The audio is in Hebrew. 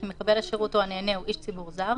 כי מקבל השירות או הנהנה הוא איש ציבור זר,